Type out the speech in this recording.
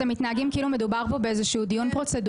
אתם מתנהגים כאילו מדובר פה באיזה שהוא דיון פרוצדורלי,